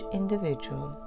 individual